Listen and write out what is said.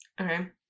Okay